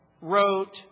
wrote